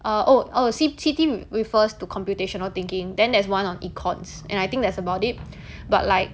err oh C C_T refers to computational thinking then there's one on econs and I think that's about it but like